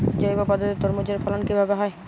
জৈব পদ্ধতিতে তরমুজের ফলন কিভাবে হয়?